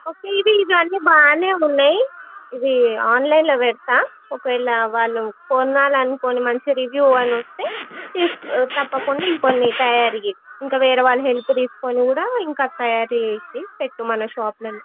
okay ఇవి ఇవన్నీ బాగానే ఉన్నాయి ఇవి ఆన్లైన్లో పెడతాను ఒకవేళ వాళ్ళు కొనాలనుకుని మంచి రివ్యూ కానీ వస్తే తప్పకుండా ఇంకొన్ని తయారు చేయి ఇంకా వేరేవాళ్ళ హెల్ప్ తీసుకుని కూడా ఇంకా తయారు చేసి పెట్టు మన షాపులోనే